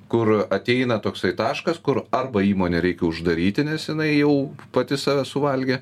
kur ateina toksai taškas kur arba įmonę reikia uždaryti nes jinai jau pati save suvalgė